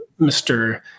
Mr